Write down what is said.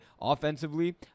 Offensively